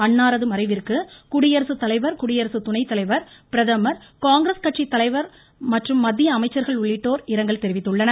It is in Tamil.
அன்னாரது மறைவிற்கு குடியரசுத்தலைவர் குடியரசுத்துணை தலைவர் பிரதமர் காங்கிரஸ் கட்சி தலைவர் மற்றும் மத்திய அமைச்சர்கள் உள்ளிட்டோர் இரங்கல் தெரிவித்துள்ளனர்